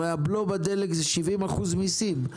הרי הבלו בדלק זה 70% מסים,